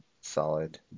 solid